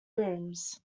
rooms